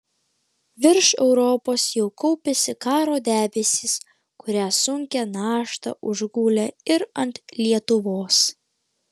virš europos jau kaupėsi karo debesys kurie sunkia našta užgulė ir ant lietuvos